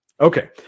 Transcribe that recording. okay